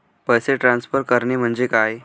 पैसे ट्रान्सफर करणे म्हणजे काय?